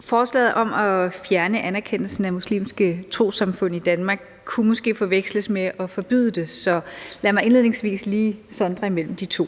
Forslaget om at fjerne anerkendelsen af muslimske trossamfund i Danmark kunne måske forveksles med at forbyde dem, så lad mig indledningsvis lige sondre mellem de to